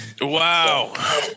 wow